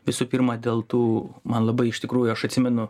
visų pirma dėl tų man labai iš tikrųjų aš atsimenu